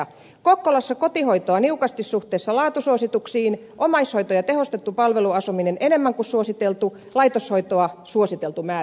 kokkolassa on kotihoitoa niukasti suhteessa laatusuosituksiin omaishoitoa ja tehostettua palveluasumista enemmän kuin suositeltu laitoshoitoa suositeltu määrä